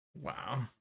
Wow